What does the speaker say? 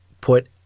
put